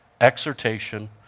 exhortation